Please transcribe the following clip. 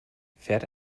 fährt